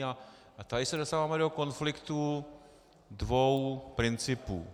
A tady se dostáváme do konfliktu dvou principů.